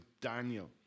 Daniel